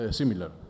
similar